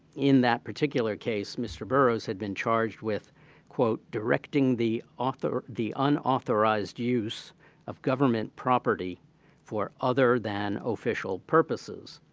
in that particular case. mr. burroughs had been charged with directing the author the unauthorized use of government property for other than official purposes.